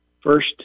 first